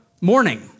morning